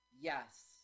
Yes